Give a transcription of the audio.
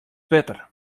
better